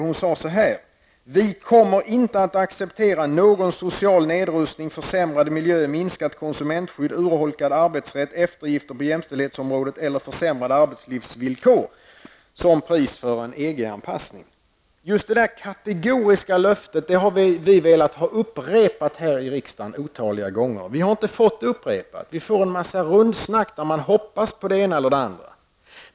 Hon sade då: Vi kommer inte att acceptera någon social nedrustning, försämrade miljöer, minskat konsumentskydd, urholkad arbetsrätt, eftergifter på jämställdhetsområdet eller försämrade arbetslivsvillkor som pris för en EG-anpassning. Det kategoriska löftet har vi otaliga gånger velat ha upprepat här i riksdagen. Vi har inte fått det upprepat -- vi får till svar en massa rundsnack där man säger sig hoppas på det ena eller det andra.